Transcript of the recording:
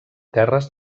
terres